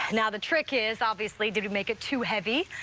now, the trick is obviously did we make it too heavy,